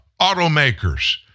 automakers